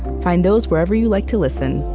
find those wherever you like to listen,